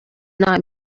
not